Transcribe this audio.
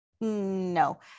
No